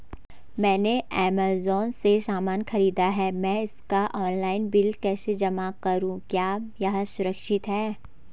मैंने ऐमज़ान से सामान खरीदा है मैं इसका ऑनलाइन बिल कैसे जमा करूँ क्या यह सुरक्षित है?